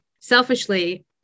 Selfishly